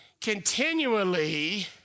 continually